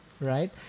right